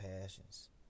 passions